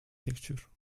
texture